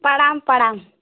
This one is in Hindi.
प्रणाम प्रणाम